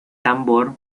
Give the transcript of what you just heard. tambor